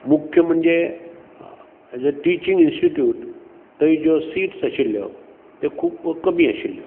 मुख्य म्हणजें uh as a teaching institute थंय ज्यो सिट्स आशिल्ल्यो त्यो खूब्ब कमी आशिल्ल्यो